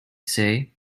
say